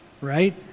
right